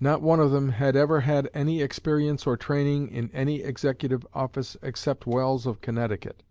not one of them had ever had any experience or training in any executive office, except welles of connecticut,